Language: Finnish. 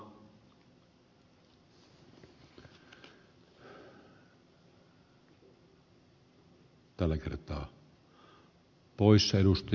ehkä ensin ed